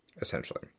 essentially